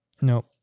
No